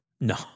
no